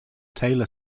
taylor